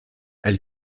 elle